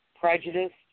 prejudiced